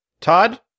Todd